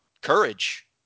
Courage